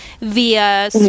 via